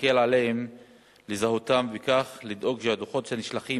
שיקל עליהם לזהותם וכך לדאוג שהדוחות שנשלחים